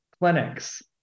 clinics